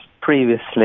previously